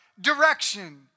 direction